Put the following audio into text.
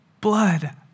Blood